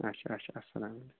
اچھا اچھا اسلامُ علیکُم